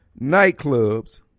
nightclubs